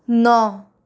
नौ